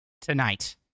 Tonight